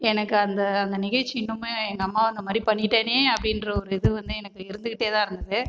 எனக்கு அந்த அந்த நிகழ்ச்சி இன்னுமே எங்கள் அம்மாவை அந்த மாதிரி பண்ணிகிட்டேனே அப்படின்ற ஒரு இது வந்து எனக்கு இருந்துக்கிட்டே தான் இருந்துது